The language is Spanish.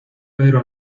pedro